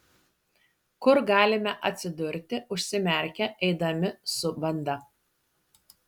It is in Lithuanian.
kur galime atsidurti užsimerkę eidami su banda